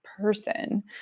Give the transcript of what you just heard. person